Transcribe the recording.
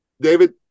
David